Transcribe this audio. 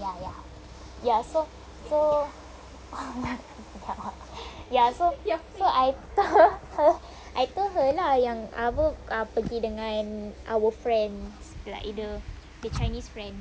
ya ya ya so so ya so so I told her her lah I told her yang apa ah pergi dengan our friends like the the chinese friend